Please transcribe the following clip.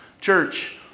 Church